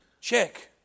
Check